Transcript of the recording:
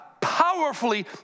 powerfully